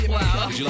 Wow